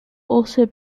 also